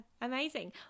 Amazing